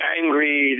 angry